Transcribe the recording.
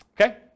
Okay